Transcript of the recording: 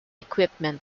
equipment